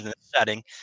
setting